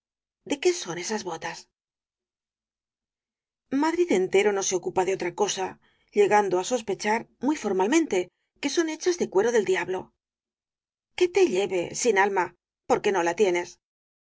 de qué son esas e t caballero de las botas azules madrid entero no se ocupa de otra cosa llegando á sospecharse muy formalmente que son hechas de cuero del diablo que te lleve sin alma porque no la tienes